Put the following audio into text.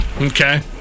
Okay